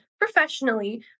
professionally